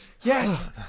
Yes